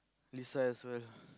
Lisa as well